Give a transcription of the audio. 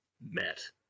met